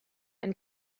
and